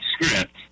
script